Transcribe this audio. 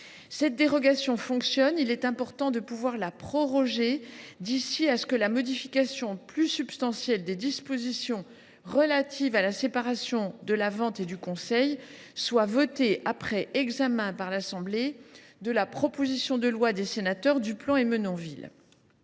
Cette dérogation fonctionne. Il est important de la proroger d’ici à ce que la modification plus substantielle des dispositions relatives à la séparation de la vente et du conseil soit votée après examen par l’Assemblée nationale de la proposition de loi dont je viens de parler.